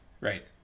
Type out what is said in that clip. right